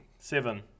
Seven